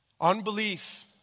Unbelief